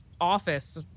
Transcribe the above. office